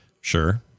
Sure